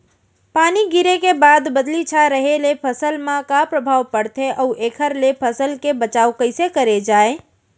पानी गिरे के बाद बदली छाये रहे ले फसल मा का प्रभाव पड़थे अऊ एखर ले फसल के बचाव कइसे करे जाये?